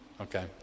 okay